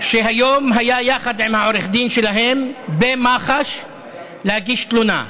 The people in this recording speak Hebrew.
שהיום היה יחד עם העורך דין שלהם במח"ש להגיש תלונה.